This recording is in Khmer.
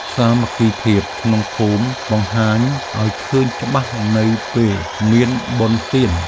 សាមគ្គីភាពក្នុងភូមិបង្ហាញឱ្យឃើញច្បាស់នៅពេលមានបុណ្យទាន។